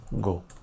go